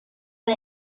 the